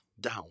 down